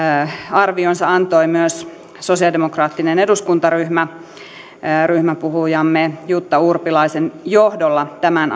arvionsa antoi myös sosialidemokraattinen eduskuntaryhmä ryhmäpuhujamme jutta urpilaisen johdolla tämän